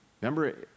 Remember